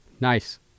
nice